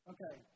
Okay